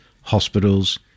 hospitals